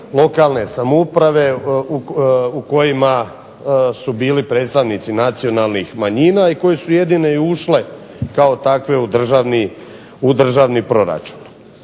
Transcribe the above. lokalne samouprave, u kojima su bili predstavnici nacionalnih manjina, i koje su i jedine i ušle kao takve u državni proračun,